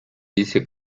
dice